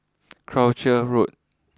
Croucher Road